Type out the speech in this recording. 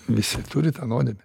visi turi tą nuodėmę